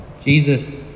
Jesus